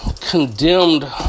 condemned